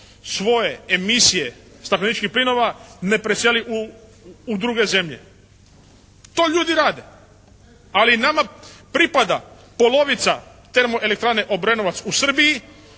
svoje emisije stakleničkih plinova ne preseli u druge zemlje. To ljudi rade. Ali nama pripada polovica termo elektrane Obrenovac u Srbiji.